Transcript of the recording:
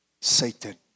Satan